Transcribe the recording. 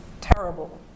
terrible